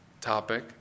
topic